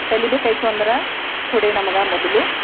ಕಲಿಬೇಕಾಯಿತು ಅಂದ್ರೆ ಥೋಡೆ ನಮ್ಗೆ ಮೊದಲು